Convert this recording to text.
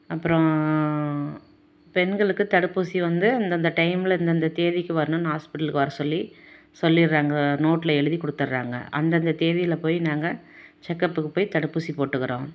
அப்புறோம் பெண்களுக்கு தடுப்பூசி வந்து அந்தந்த டைமில் இந்தந்த தேதிக்கு வரணும்னு ஹாஸ்பிட்டலுக்கு வரச் சொல்லி சொல்லிடறாங்க நோட்டில் எழுதி கொடுத்துட்றாங்க அந்தந்த தேதியில் போயி நாங்கள் செக்அப்புக்கு போய் தடுப்பூசி போட்டுக்கிறோம்